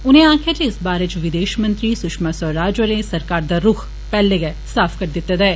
उनें आक्खेआ जे इस बारे च विदेशमंत्री सुषमा स्वराज होरें सरकार दा रुख पेहले गै साफ करी दिते दा ऐ